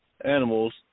animals